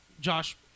Josh